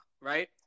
right